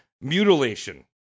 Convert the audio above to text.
mutilation